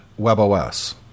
WebOS